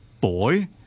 boy